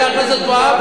חבר הכנסת והבה,